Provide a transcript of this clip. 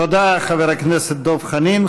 תודה, חבר הכנסת דב חנין.